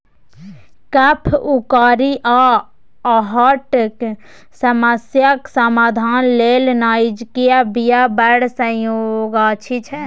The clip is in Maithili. कफ, उकासी आ हार्टक समस्याक समाधान लेल नाइजरक बीया बड़ सहयोगी छै